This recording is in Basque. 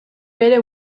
bere